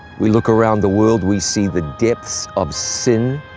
we look around the world we see the depths of sin.